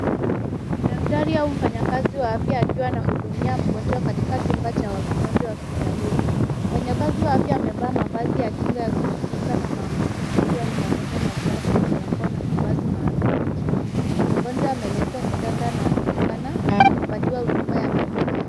Daktari au mfanyikazi wa afya akiwa anahudumia mgonjwa katika chumba cha wagonjwa hospitalini. Mfanyikazi wa afya amevaa mavazi ya kinga ya kujikinga na maambukizi ikiwa ni pamoja na, glavu, barakoa, na mavazi maalumu ya kinga. Mgonjwa ameletwa kitanda na anaonekana kupatiwa huduma ya matibabu.